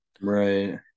Right